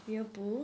weeaboo